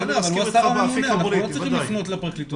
לא צריך לפנות לפרקליטות.